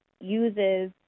uses